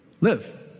live